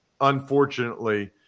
unfortunately